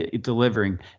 delivering